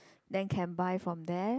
then can buy from there